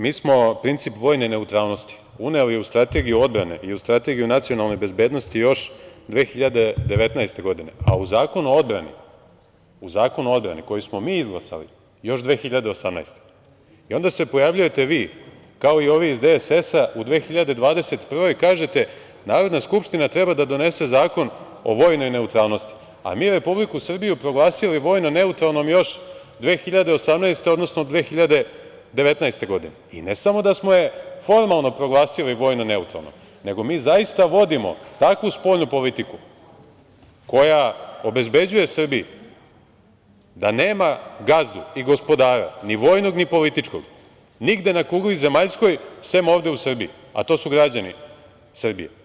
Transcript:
Mi smo princip vojne neutralnosti uneli u Strategiju odbrane i u Strategiju nacionalne bezbednosti još 2019. godine, a u Zakonu o odbrani, koji smo mi izglasali, još 2018. godine i onda se pojavljujete vi, kao i ovi iz DSS-a, u 2021. godini i kažete – Narodna skupština treba da donese zakon o vojnoj neutralnosti, a mi Republiku Srbiju proglasili vojno neutralnom još 2018, odnosno 2019. godine i ne samo da smo je formalno proglasili vojno neutralnom, nego mi zaista vodimo takvu spoljnu politiku koja obezbeđuje Srbiji da nema gazdu i gospodara, ni vojnog, ni političkog nigde na kugli zemaljskoj, sem ovde u Srbiji, a to su građani Srbije.